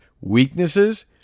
weaknesses